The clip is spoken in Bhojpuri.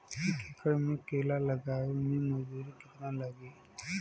एक एकड़ में केला लगावे में मजदूरी कितना लागी?